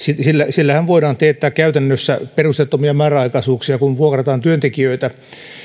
sillähän voidaan teettää käytännössä perusteettomia määräaikaisuuksia kun vuokrataan työntekijöitä